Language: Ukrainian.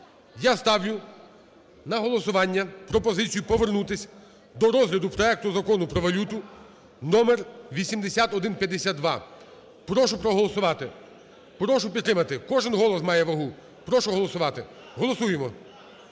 Я ставлю на голосування пропозицію повернути до розгляду проекту Закону про валюту (№ 8152). Прошу проголосувати, прошу підтримати. Кожен голос має вагу. Прошу голосувати. Голосуємо.